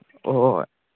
ꯑꯣ ꯑꯣ ꯍꯣꯏ